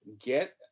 get